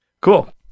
Cool